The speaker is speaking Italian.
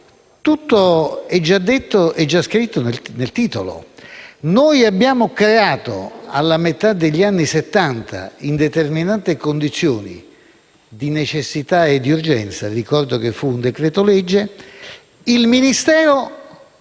detto e scritto nel titolo. Noi abbiamo creato alla metà degli anni Settanta, in determinate condizioni di necessità e urgenza (ricordo che fu un decreto-legge), il Ministero